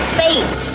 face